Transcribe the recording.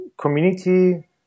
community